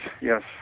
yes